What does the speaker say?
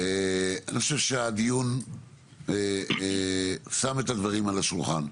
אני חושב שהדיון שם את הדברים על השולחן.